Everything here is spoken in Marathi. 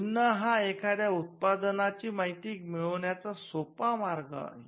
चिन्ह हा एखाद्या उत्पादनाची माहिती मिळवण्याचा सोपा मार्ग आहे